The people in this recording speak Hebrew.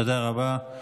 תודה רבה.